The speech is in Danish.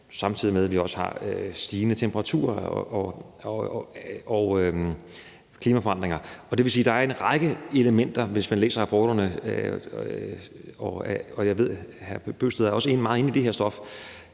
samtidig med at vi også har stigende temperaturer og klimaforandringer. Det vil sige, at der er en række elementer, hvis man læser rapporterne, og jeg ved, at hr. Kristian Bøgsted også er meget inde i det her stof.